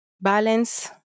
balance